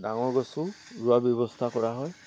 ডাঙৰ গছো ৰোৱা ব্যৱস্থা কৰা হয়